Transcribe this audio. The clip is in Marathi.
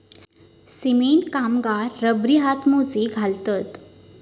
सिमेंट कामगार रबरी हातमोजे घालतत